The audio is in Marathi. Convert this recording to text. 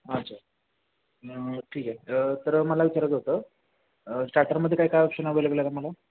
अच्छा ठीक आहे तर मला विचारायचं होतं स्टार्टरमध्ये काय काय ऑप्शन अवेलेबल आहे मला